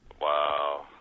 Wow